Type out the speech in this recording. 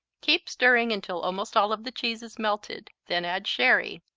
keep stirring until almost all of the cheese is melted, then add sherry.